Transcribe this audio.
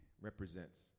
represents